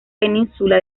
península